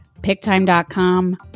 picktime.com